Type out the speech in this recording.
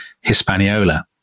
Hispaniola